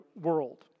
world